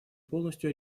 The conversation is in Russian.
полностью